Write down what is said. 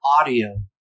audio